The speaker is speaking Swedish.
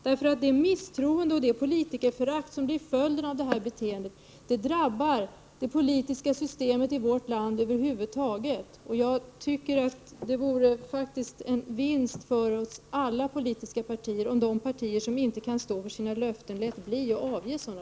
Det misstroende och det politikerförakt som blir följden av det här beteendet drabbar det politiska systemet i vårt land över huvud taget, och jag tycker att det vore en vinst för alla politiska partier, om de partier som inte kan stå för sina löften lät bli att avge sådana.